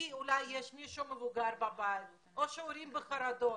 אולי יש מישהו מבוגר בבית או שההורים בחרדות?